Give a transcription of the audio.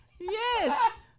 Yes